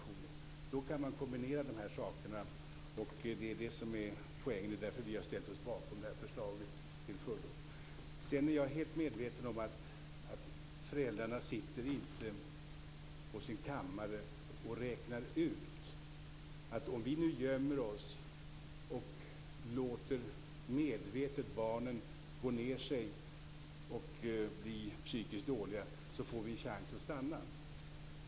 Då kommer man att kunna kombinera de här sakerna, och det är därför som vi till fullo har ställt oss bakom det här förslaget. Jag är helt på det klara med att föräldrarna inte sitter på sin kammare och räknar ut att om de gömmer sig och medvetet låter barnen gå ned sig och bli psykiskt dåliga, så får de chansen att stanna.